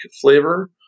flavor